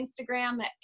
Instagram